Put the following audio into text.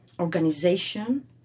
organization